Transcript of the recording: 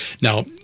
Now